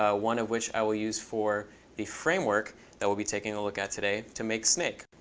ah one of which i will use for the framework that we'll be taking a look at today to make snake.